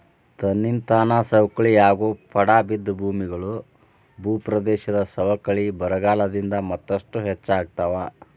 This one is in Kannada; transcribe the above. ತನ್ನಿಂತಾನ ಸವಕಳಿಯಾಗೋ ಪಡಾ ಬಿದ್ದ ಭೂಮಿಗಳು, ಭೂಪ್ರದೇಶದ ಸವಕಳಿ ಬರಗಾಲದಿಂದ ಮತ್ತಷ್ಟು ಹೆಚ್ಚಾಗ್ತಾವ